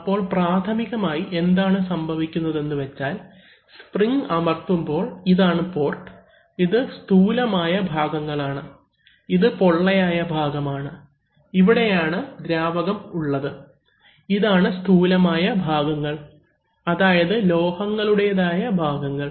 അപ്പോൾ പ്രാഥമികമായി എന്താണ് സംഭവിക്കുന്നത് എന്ന് വെച്ചാൽ സ്പ്രിങ് അമർത്തുമ്പോൾ ഇതാണ് പോർട്ട് ഇത് സ്ഥൂലമായ ഭാഗങ്ങളാണ് ഇത് പൊള്ളയായ ഭാഗമാണ് ഇവിടെയാണ് ദ്രാവകം ഉള്ളത് ഇതാണ് സ്ഥൂലമായ ഭാഗങ്ങൾ അതായത് ലോഹങ്ങളുടെതായ ഭാഗങ്ങൾ